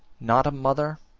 not a mother,